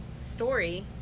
story